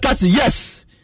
Yes